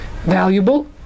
valuable